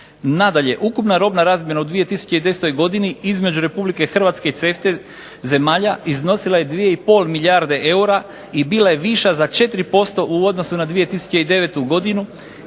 Nadalje, ukupna robna razmjena u 2010. godini između RH i CEFTA-e zemalja iznosila je 2,5 milijarde eura i bila je viša za 4% u odnosu na 2009. godinu,